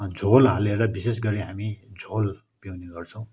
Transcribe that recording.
अनि झोल हालेर विशेष गरी हामी झोल पिउने गर्छौँ